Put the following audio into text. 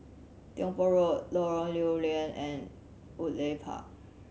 Tiong Poh Road Lorong Lew Lian and Woodleigh Park